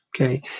Okay